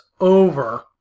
over